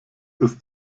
ist